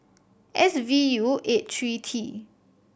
S V U eight three T